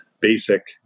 basic